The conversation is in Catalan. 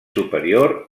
superior